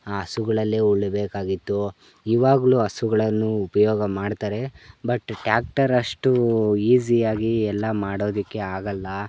ಹಸುಗಳಲ್ಲೇ ಉಳಬೇಕಾಗಿತ್ತು ಇವಾಗಲು ಹಸುಗಳನ್ನು ಉಪಯೋಗ ಮಾಡ್ತಾರೆ ಬಟ್ ಟ್ಯಾಕ್ಟರ್ ಅಷ್ಟು ಈಝಿಯಾಗಿ ಎಲ್ಲಾ ಮಾಡೋದಕ್ಕೆ ಆಗಲ್ಲ